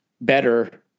better